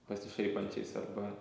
pasišaipančiais arba